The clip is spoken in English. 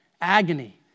agony